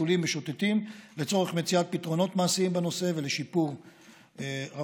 חתולים משוטטים לצורך מציאת פתרונות מעשיים בנושא ולשיפור ברווחתם.